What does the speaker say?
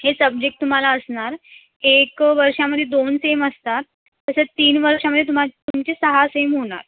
हे सब्जेक्ट तुम्हाला असणार एक वर्षामध्ये दोन सेम असतात तसेच तीन वर्षामध्ये तुमा तुमचे सहा सेम होणार